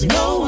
no